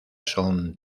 son